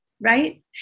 right